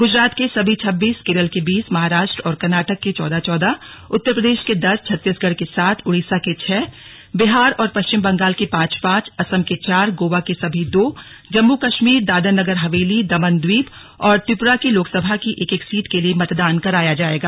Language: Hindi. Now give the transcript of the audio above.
गुजरात के सभी छब्बीस केरल के बीस महाराष्ट्र और कर्नाटक के चौदह चौदह उत्तर प्रदेश के दस छत्तींसगढ़ के सात ओडिशा के छह बिहार और पश्चिम बंगाल के पांच पांच असम के चार गोवा के सभी दो जम्मू कश्मीर दादरा नगर हवेली दमन दीव और त्रिपुरा की लोकसभा की एक एक सीट के लिए मतदान कराया जाएगा